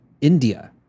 India